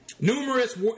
numerous